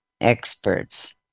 experts